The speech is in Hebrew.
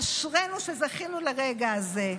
אשרינו שזכינו לרגע הזה.